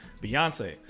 Beyonce